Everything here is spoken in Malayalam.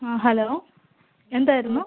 ആ ഹലോ എന്തായിരുന്നു